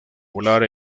volar